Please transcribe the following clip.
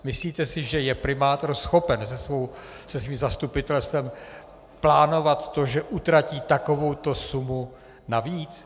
Myslíte si, že je primátor schopen se svým zastupitelstvem plánovat, že utratí takovouto sumu navíc?